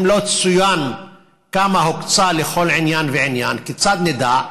אם לא צוין כמה הוקצה לכל עניין ועניין, כיצד נדע?